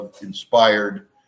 inspired